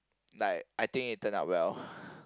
like I think it turn out well